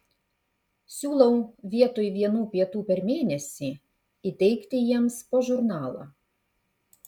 siūlau vietoj vienų pietų per mėnesį įteikti jiems po žurnalą